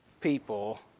people